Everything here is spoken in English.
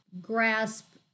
grasp